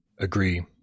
agree